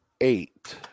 eight